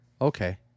okay